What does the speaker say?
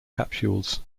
capsules